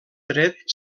tret